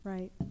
Right